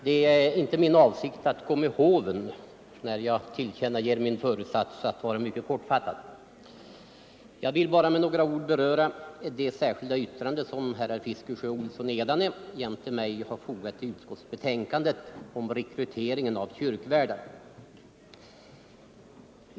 Herr talman! Det är inte min avsikt att gå med håven när jag nu tillkännager min föresats att vara mycket kortfattad. Jag vill bara med några ord beröra det särskilda yttrande som jag jämte herrar Fiskesjö och Olsson i Edane fogat till utskottsbetänkandet om rekryteringen av kyrkvärdar.